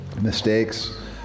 mistakes